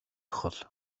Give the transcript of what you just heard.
хол